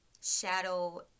shadow